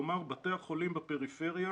כלומר, בתי החולים בפריפריה